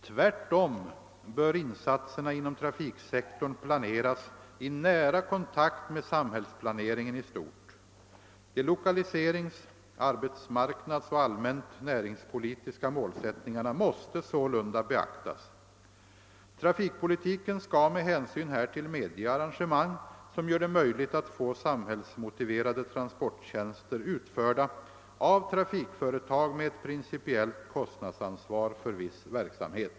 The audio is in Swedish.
Tvärtom bör insatserna inom trafiksektorn planeras i nära kontakt med samhällsplaneringen i stort. De lokaliserings-, arbetsmarknadsoch allmänt näringspolitiska målsättningarna måste sålunda beaktas. Trafikpolitiken skall med hänsyn härtill medge arrangemang, som gör det möjligt att få samhällsmotiverade transporttjänster utförda av trafikföretag med ett principiellt kostnadsansvar för viss verksamhet.